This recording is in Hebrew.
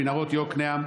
במנהרות יקנעם,